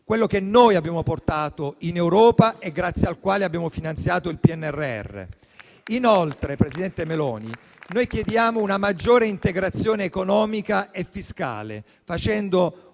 quello che noi abbiamo portato in Europa e grazie al quale abbiamo finanziato il PNRR. Inoltre, presidente Meloni, noi chiediamo una maggiore integrazione economica e fiscale, facendo una